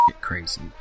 crazy